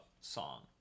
song